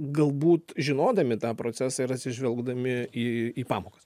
galbūt žinodami tą procesą ir atsižvelgdami į į pamokas